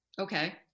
Okay